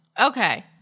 okay